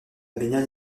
baignade